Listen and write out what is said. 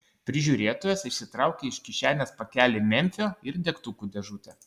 prižiūrėtojas išsitraukė iš kišenės pakelį memfio ir degtukų dėžutę